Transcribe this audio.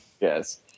Yes